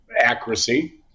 accuracy